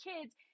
kids